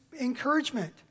encouragement